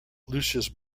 lucius